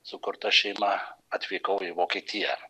sukurta šeima atvykau į vokietiją